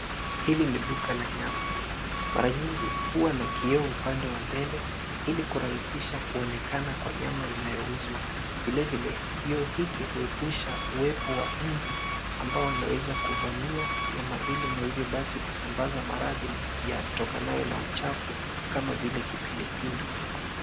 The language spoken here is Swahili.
Hili ni duka la nyama. Mara nyingi huwa na kioo upande wa mbele ili kurahisisha kuonekana kwa nyama inayouzwa. Vilevile kioo hiki huepusha uwepo wa nzi ambao wanaweza kuvamia nyama hili na hivyo basi kusambaza maradhi yatokanayo na uchafu kama vile kipindupindu.